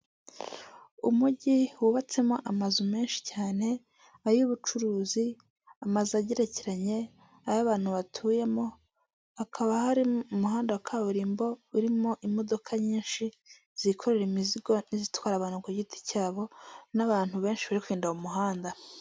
Umujyi wubatsemo amazu menshi cyane ay'ubucuruzi, amazu agerekeranye ay'abantu batuyemo, hakaba hari umuhanda wa kaburimbo urimo imodoka nyinshi zikorera imizigo n'izitwara abantu ku giti cyabo n'abantu benshi bari kugenda mu muhanda.